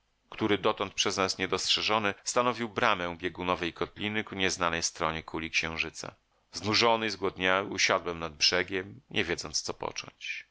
który dotąd przez nas nie dostrzeżony stanowił bramę biegunowej kotliny ku nieznanej stronie kuli księżyca znużony i zgłodniały usiadłem nad brzegiem nie wiedząc co począć